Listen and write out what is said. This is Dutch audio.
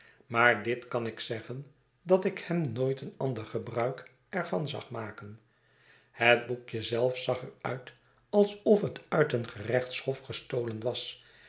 maar dit kan ik zeggen dat ik hem nooit een ander gebruik er van zag maken het boekje zelf zag er uit alsof het uit een gerechtshof gestolen was